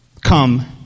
Come